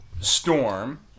Storm